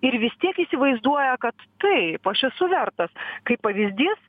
ir vis tiek įsivaizduoja kad taip aš esu vertas kaip pavyzdys